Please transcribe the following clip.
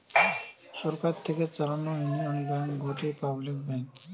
সরকার থেকে চালানো union bank গটে পাবলিক ব্যাঙ্ক